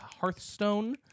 Hearthstone